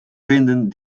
vinden